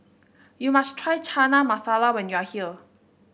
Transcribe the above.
you must try Chana Masala when you are here